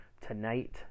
tonight